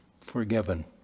forgiven